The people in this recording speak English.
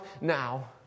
now